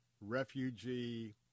Refugee